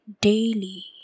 daily